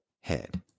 head